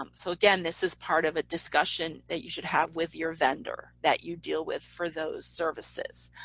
um so again this is part of a discussion that you should have with your vendor, that you deal with for those services.